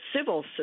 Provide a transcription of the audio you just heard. civil